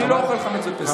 אני לא אוכל חמץ בפסח.